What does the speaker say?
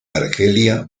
argelia